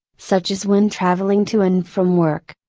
such as when traveling to and from work.